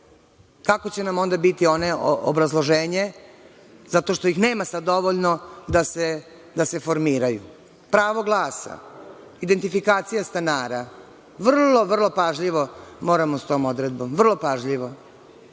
Kako će nam onda biti obrazloženje zato što ih nema sad dovoljno da se formiraju. Pravo glasa, identifikacija stanara, vrlo pažljivo moramo sa tom odredbom pogotovo